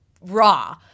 raw